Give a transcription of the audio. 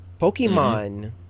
Pokemon